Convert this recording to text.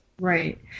Right